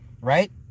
right